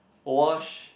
wash